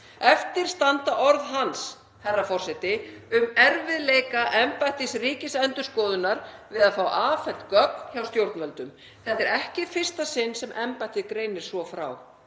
Eftir standa orð hans, herra forseti, um erfiðleika embættis Ríkisendurskoðunar við að fá afhent gögn hjá stjórnvöldum. Þetta er ekki í fyrsta sinn sem embættið greinir svo frá,